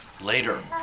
later